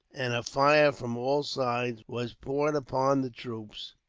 and a fire from all sides was poured upon the troops,